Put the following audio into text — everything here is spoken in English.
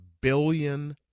billion